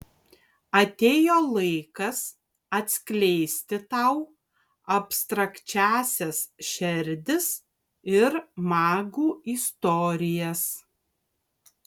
atėjo laikas atskleisti tau abstrakčiąsias šerdis ir magų istorijas